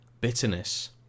bitterness